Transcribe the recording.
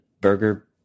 burger